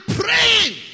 praying